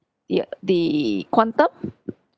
the uh the quantum